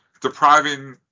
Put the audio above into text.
depriving